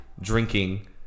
drinking